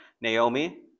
Naomi